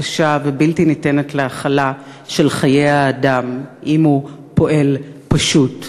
קשה ובלתי ניתנת להכלה של חיי האדם אם הוא פועל פשוט.